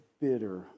bitter